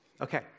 Okay